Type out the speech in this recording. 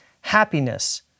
happiness